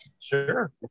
sure